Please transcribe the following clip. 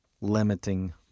limiting